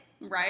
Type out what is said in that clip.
Right